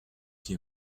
qui